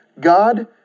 God